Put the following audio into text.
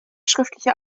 schriftliche